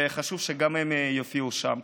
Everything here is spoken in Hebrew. וחשוב שגם הם יופיעו שם.